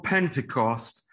Pentecost